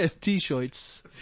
T-shirts